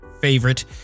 favorite